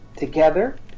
together